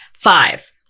Five